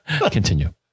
Continue